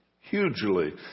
hugely